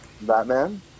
Batman